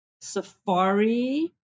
Safari